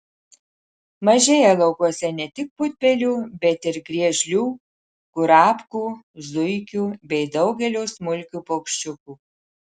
mažėja laukuose ne tik putpelių bet ir griežlių kurapkų zuikių bei daugelio smulkių paukščiukų